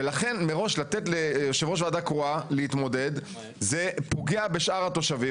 ולכן מראש לתת ליושב ראש ועדה קרואה להתמודד זה פוגע בשאר התושבים.